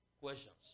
questions